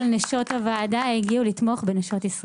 נשות הוועדה הגיעו לתמוך בנשות ישראל,